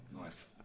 nice